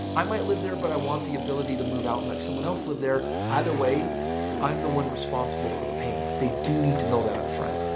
i might live there but i want the ability to move out. let someone else live there. either way i'm the one responsible for the payment. they do need to know that up front.